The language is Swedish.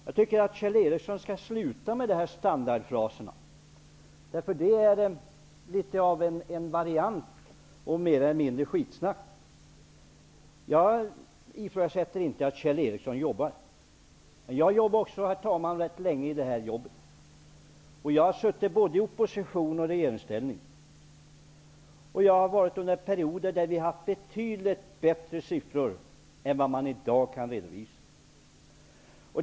Jag tycker att Kjell Ericsson skall sluta med dessa standardfraser. De är mer eller mindre en variant av skitsnack. Jag ifrågasätter inte att Kjell Ericsson jobbar. Jag har också, herr talman, jobbat rätt länge i det här jobbet. Jag har suttit både i opposition och i regeringsställning. Jag har jobbat i perioder då vi har haft betydligt bättre siffror än vad man i dag kan redovisa.